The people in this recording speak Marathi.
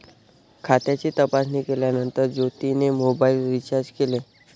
खात्याची तपासणी केल्यानंतर ज्योतीने मोबाइल रीचार्ज केले